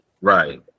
Right